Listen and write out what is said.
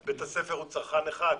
-- אבל בית ספר הוא צרכן אחד -- נכון.